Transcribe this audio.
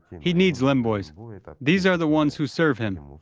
he needs lemboys these are the ones who serve him.